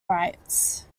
rights